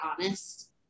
honest